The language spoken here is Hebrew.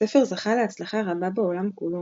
הספר זכה להצלחה רבה בעולם כולו,